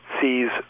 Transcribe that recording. sees